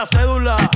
Cédula